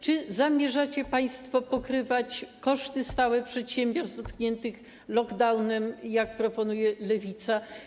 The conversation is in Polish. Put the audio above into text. Czy zamierzacie państwo pokrywać koszty stałe przedsiębiorstw dotkniętych lockdownem, jak proponuje Lewica?